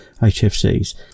hfcs